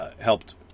helped